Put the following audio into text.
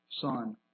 son